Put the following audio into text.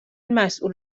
مسئول